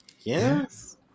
Yes